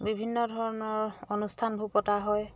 বিভিন্ন ধৰণৰ অনুষ্ঠানবোৰ পতা হয়